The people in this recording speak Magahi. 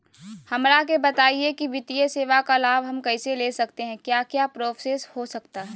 हमरा के बताइए की वित्तीय सेवा का लाभ हम कैसे ले सकते हैं क्या क्या प्रोसेस हो सकता है?